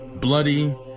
bloody